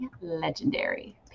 legendary